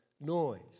noise